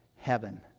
heaven